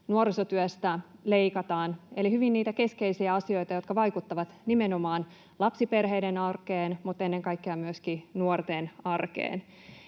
nuorisotyöstä leikataan — eli hyvin niitä keskeisiä asioita, jotka vaikuttavat nimenomaan lapsiperheiden arkeen mutta ennen kaikkea myöskin nuorten arkeen.